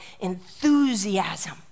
enthusiasm